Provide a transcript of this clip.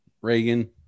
Reagan